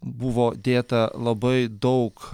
buvo dėta labai daug